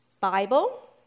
Bible